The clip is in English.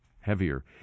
heavier